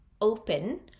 open